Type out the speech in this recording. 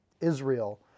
Israel